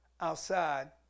outside